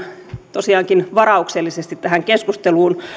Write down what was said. tosiaankin varauksellisesti tähän keskusteluun